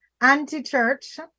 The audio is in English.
Anti-church